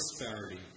prosperity